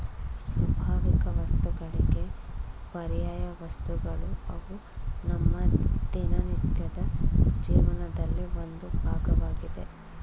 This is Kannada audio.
ಸ್ವಾಭಾವಿಕವಸ್ತುಗಳಿಗೆ ಪರ್ಯಾಯವಸ್ತುಗಳು ಅವು ನಮ್ಮ ದಿನನಿತ್ಯದ ಜೀವನದಲ್ಲಿ ಒಂದು ಭಾಗವಾಗಿದೆ